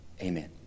Amen